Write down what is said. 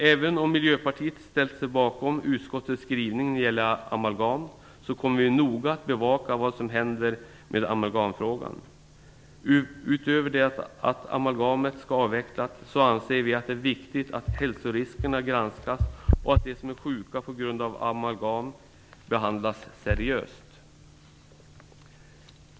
Även om Miljöpartiet ställer sig bakom utskottets skrivning när det gäller amalgam, kommer vi noga att bevaka vad som händer i frågan. Utöver det att amalgamet skall avvecklas anser vi att det är viktigt att hälsoriskerna granskas och att de som är sjuka på grund av amalgam behandlas seriöst.